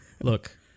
Look